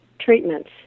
treatments